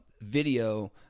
video